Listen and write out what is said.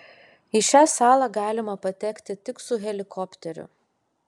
į šią salą galima patekti tik su helikopteriu